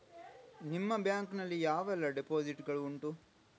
ನಿಮ್ಮ ಬ್ಯಾಂಕ್ ನಲ್ಲಿ ಯಾವೆಲ್ಲ ಡೆಪೋಸಿಟ್ ಗಳು ಉಂಟು?